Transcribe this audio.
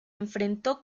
enfrentó